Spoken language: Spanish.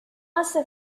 hace